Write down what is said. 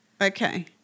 Okay